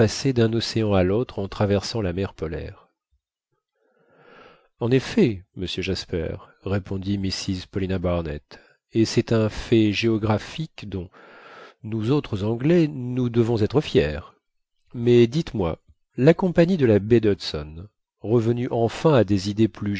d'un océan à l'autre en traversant la mer polaire en effet monsieur jasper répondit mrs paulina barnett et c'est un fait géographique dont nous autres anglais nous devons être fiers mais dites-moi la compagnie de la baie d'hudson revenue enfin à des idées